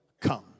come